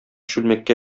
чүлмәккә